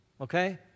okay